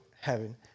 heaven